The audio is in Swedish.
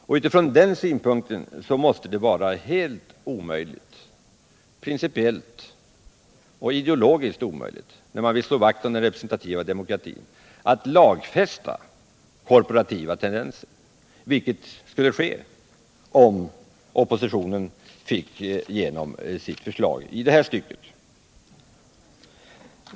När man vill slå vakt om den representativa demokratin måste det vara principiellt och ideologiskt helt omöjligt att lagfästa korporativa tendenser, vilket skulle ske om oppositionen fick igenom sitt förslag i detta stycke.